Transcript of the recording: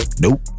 Nope